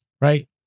Right